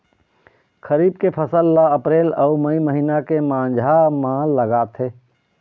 खरीफ के फसल ला अप्रैल अऊ मई महीना के माझा म लगाथे